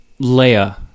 leia